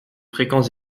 fréquents